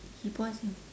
he puasa